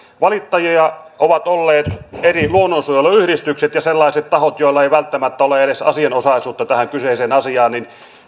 valittajia ovat olleet eri luonnonsuojeluyhdistykset ja sellaiset tahot joilla ei välttämättä ole edes asianosaisuutta tähän kyseiseen asiaan